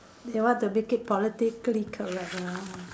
they want to make it politically correct lah